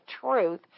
truth